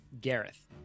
Gareth